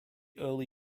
early